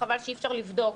וחבל שאי-אפשר לבדוק,